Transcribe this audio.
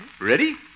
Ready